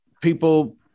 People